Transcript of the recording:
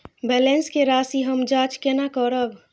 Balance के राशि हम जाँच केना करब?